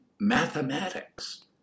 mathematics